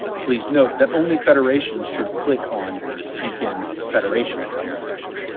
please note that only federations should click on begin federation application